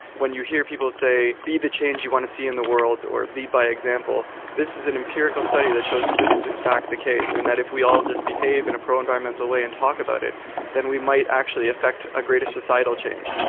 when you hear people say, be the change you want to see in the world or lead by example this is an empirical study that shows that this is in fact the case and that if we all just behave in a pro-environmental way and talk about it then we might actually effect a greater societal change.